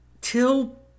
Till